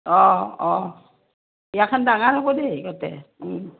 অঁ অঁ বিয়াখন ডাঙাৰ হ'ব দেই গতে